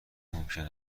ممکن